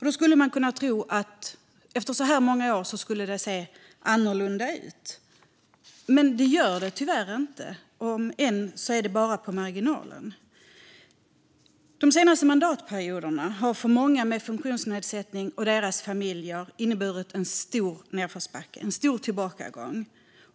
Man skulle kunna tro att det efter så här många år skulle se annorlunda ut, men det gör det tyvärr inte, i så fall bara marginellt. De senaste mandatperioderna har för många med funktionsnedsättning och deras familjer inneburit en stor tillbakagång.